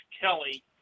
Kelly